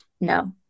no